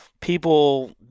People